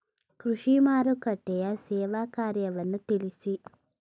ಕೃಷಿ ಮಾರುಕಟ್ಟೆಯ ಸೇವಾ ಕಾರ್ಯವನ್ನು ತಿಳಿಸಿ?